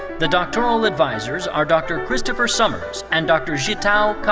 the doctoral advisers are dr. christopher summers and dr. zhin-tao-kun.